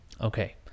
Okay